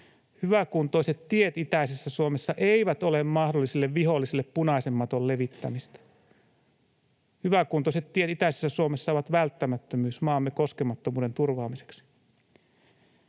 Hyväkuntoiset tiet itäisessä Suomessa eivät ole mahdolliselle viholliselle punaisen maton levittämistä. Hyväkuntoiset tiet itäisessä Suomessa ovat välttämättömyys maamme koskemattomuuden turvaamiseksi.